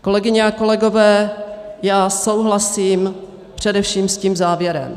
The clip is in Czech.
Kolegyně a kolegové, já souhlasím především s tím závěrem.